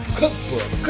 cookbook